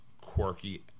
quirky